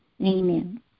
Amen